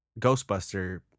Ghostbuster